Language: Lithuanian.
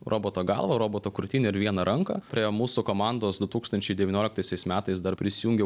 roboto galvą roboto krūtinę ir vieną ranką prie mūsų komandos du tūkstančiai devynioliktaisiais metais dar prisijungė